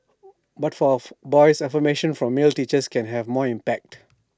but for boys affirmation from male teachers can have more impact